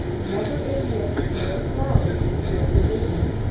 never a mist nor a cloud obscured the vision,